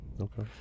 Okay